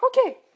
Okay